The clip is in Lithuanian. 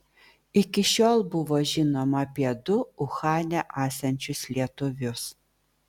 iki šiol buvo žinoma apie du uhane esančius lietuvius